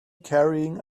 carrying